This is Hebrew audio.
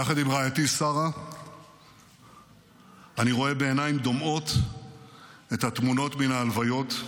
יחד עם רעייתי שרה אני רואה בעיניים דומעות את התמונות מן ההלוויות.